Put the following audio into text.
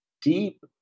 deep